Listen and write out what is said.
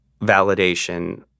validation